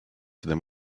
than